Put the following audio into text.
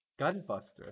Gunbuster